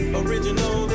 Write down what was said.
original